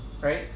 Right